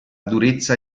durezza